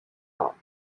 law